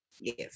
yes